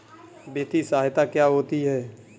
वित्तीय सहायता क्या होती है?